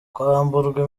kwamburwa